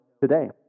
today